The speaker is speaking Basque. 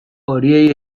horiei